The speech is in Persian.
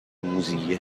موذیه